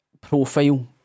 Profile